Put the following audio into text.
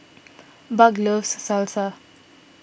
Buck loves Salsa